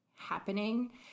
Happening